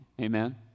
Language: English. Amen